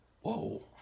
Whoa